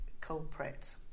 culprit